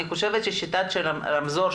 אני חושבת ששיטת הרמזור,